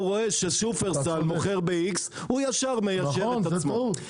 הוא רואה ששופרסל מוכר ב-X הוא ישר מיישר את עצמו.